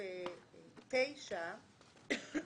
סעיף (9).